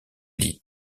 dis